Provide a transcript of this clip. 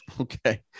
Okay